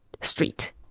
street